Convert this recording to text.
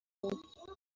بود